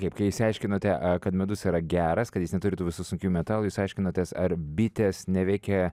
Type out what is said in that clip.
kaip kai išsiaiškinote a kad medus yra geras kad jis neturi tų visų sunkių metalų jūs aiškinotės ar bitės neveikia